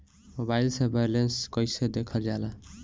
Mobile से balance कइसे देखल जाला?